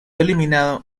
eliminado